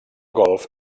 golf